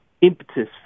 impetus